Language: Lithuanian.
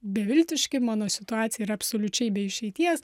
beviltiški mano situacija yra absoliučiai be išeities